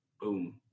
Boom